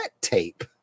tape